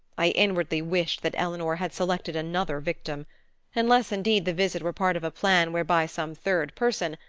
i inwardly wished that eleanor had selected another victim unless indeed the visit were part of a plan whereby some third person,